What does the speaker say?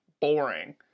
boring